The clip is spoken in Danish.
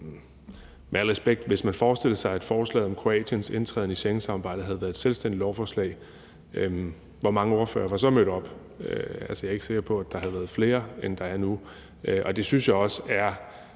med al respekt, hvis man forestillede sig, at forslaget om Kroatiens indtræden i Schengensamarbejdet havde været et selvstændigt lovforslag, hvor mange ordførere var så mødt op? Jeg er ikke sikker på, at der ville have været flere, end der er nu, og det synes jeg også er